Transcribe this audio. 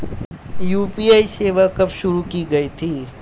UPI सेवा कब शुरू की गई थी?